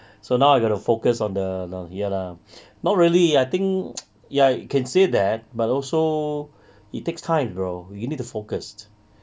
so now I got to focus on the ya lah not really I think ya can say that but also it takes time bro you need to focus